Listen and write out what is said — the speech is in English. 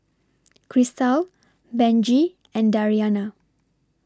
Christal Benji and Dariana